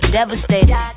devastated